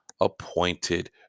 appointed